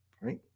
right